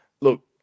Look